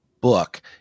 book